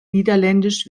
niederländisch